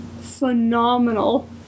phenomenal